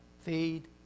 Feed